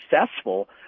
successful –